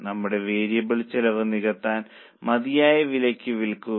നമ്മളുടെ വേരിയബിൾ ചെലവ് നികത്താൻ മതിയായ വിലയ്ക്ക് വിൽക്കുക